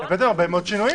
הבאתם הרבה מאוד שינויים פה.